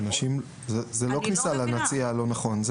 זה לא כניסה ליציע הלא נכון.